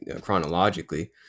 chronologically